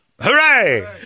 Hooray